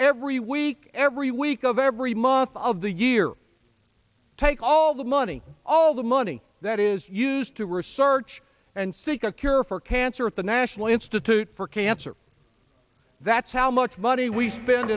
every week every week of every month of the year take all the money all the money that is used to research and seek a cure for cancer at the national institute for cancer that's how much money we spend